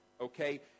okay